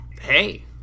hey